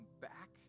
back